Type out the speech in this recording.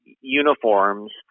uniforms